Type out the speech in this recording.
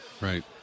right